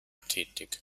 tätig